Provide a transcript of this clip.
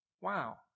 Wow